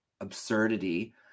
absurdity